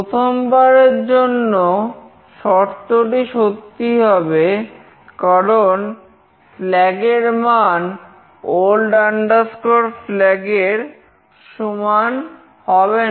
প্রথমবারের জন্য শর্তটি সত্যি হবে কারণ flag এর মান old flag এর সমান হবে না